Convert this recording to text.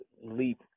leap